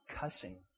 cussing